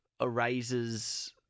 erases